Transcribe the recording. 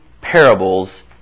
parables